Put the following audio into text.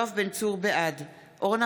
בעד אורנה